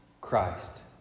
Christ